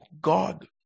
God